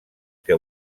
que